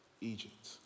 Egypt